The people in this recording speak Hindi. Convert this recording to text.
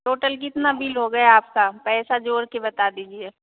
टोटल कितना बिल हो गया आपका पैसा जोड़ कर बता दीजिए